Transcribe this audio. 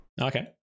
Okay